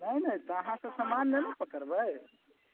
नहि नहि तऽ अहाँके समान नहि ने पकड़बै